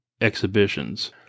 exhibitions